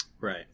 Right